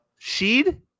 Sheed